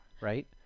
Right